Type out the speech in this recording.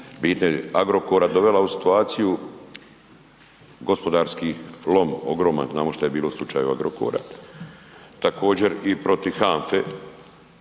Agrokora dovela u situaciju gospodarski lom ogroman, znamo šta je bilo u slučaju Agrokora. Također i protiv